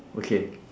okay